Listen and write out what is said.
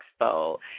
Expo